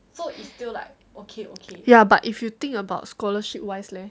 ya but if you think about scholarship wise leh